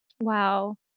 Wow